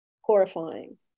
horrifying